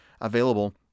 available